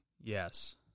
Yes